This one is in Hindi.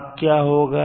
अब क्या होगा